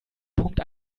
punkt